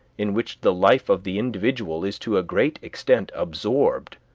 in which the life of the individual is to a great extent absorbed,